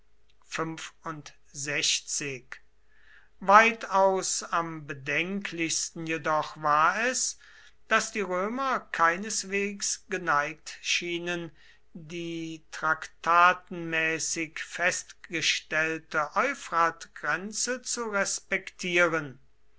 weitaus am bedenklichsten jedoch war es daß die römer keineswegs geneigt schienen die traktatenmäßig festgestellte euphratgrenze zu respektieren